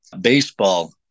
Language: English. baseball